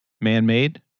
man-made